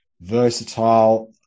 versatile